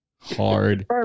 Hard